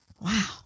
wow